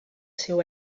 seu